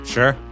Sure